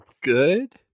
good